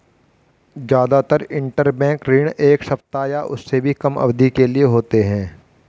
जादातर इन्टरबैंक ऋण एक सप्ताह या उससे भी कम अवधि के लिए होते हैं